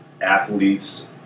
athletes